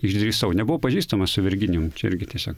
išdrįsau nebuvau pažįstamas su virginijum čia irgi tiesiog